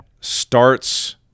starts